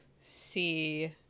see